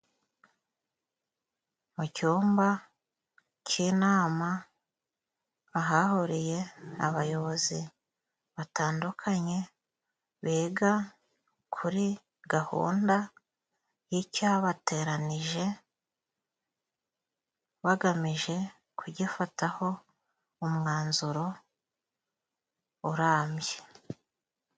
Mu cyumba cy'inama ahahuriye abayobozi batandukanye biga kuri gahunda y'icyabateranije, bagamije kugifataho umwanzuro urambye.